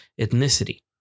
ethnicity